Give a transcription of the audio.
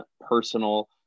personal